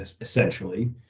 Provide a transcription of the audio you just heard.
essentially